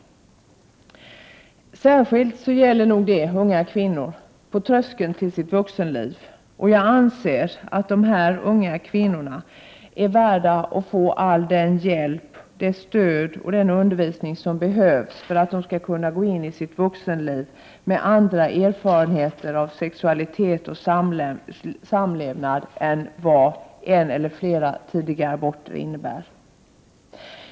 Särskilt gäller detta unga kvinnor på tröskeln till sitt vuxenliv, och jag anser att dessa unga kvinnor är värda att få all den hjälp, det stöd och 37 den undervisning som behövs för att de skall kunna gå in i sitt vuxenliv med andra erfarenheter av sexualitet och samlevnad än vad en eller flera tidiga aborter innebär.